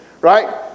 right